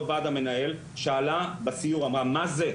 וועד המנהל שאלה בסיור אמרה: 'מה זה?